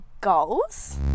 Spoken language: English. goals